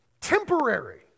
temporary